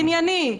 ענייני.